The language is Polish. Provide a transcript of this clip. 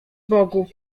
bogu